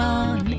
on